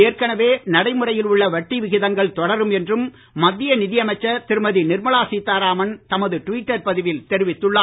ஏற்கனவே நடைமுறையில் உள்ள வட்டி விகிதங்கள் தொடரும் என்றும் மத்திய நிதியமைச்சர் திருமதி நிர்மலா சீதாராமன் தமது டுவிட்டர் பதிவில் தெரிவித்துள்ளார்